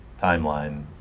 timeline